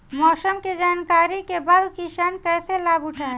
मौसम के जानकरी के बाद किसान कैसे लाभ उठाएं?